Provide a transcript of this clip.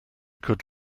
could